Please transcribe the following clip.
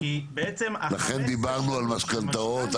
לכן דיברנו על משכנתאות,